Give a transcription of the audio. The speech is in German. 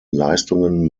leistungen